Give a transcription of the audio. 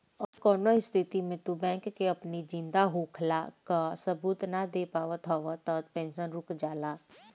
अगर कवनो स्थिति में तू बैंक के अपनी जिंदा होखला कअ सबूत नाइ दे पावत हवअ तअ पेंशन रुक जाला